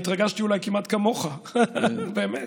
אני התרגשתי אולי כמעט כמוך, באמת,